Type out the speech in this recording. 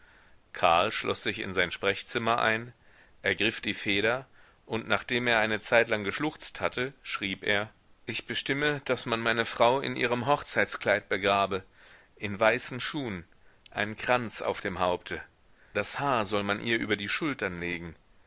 karl schloß sich in sein sprechzimmer ein ergriff die feder und nachdem er eine zeitlang geschluchzt hatte schrieb er ich bestimme daß man meine frau in ihrem hochzeitskleid begrabe in weißen schuhen einen kranz auf dem haupte das haar soll man ihr über die schultern legen